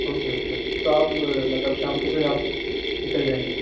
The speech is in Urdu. اوکے اوکے تو آپ مطلب شام کو پھر آپ نکل جائیں گی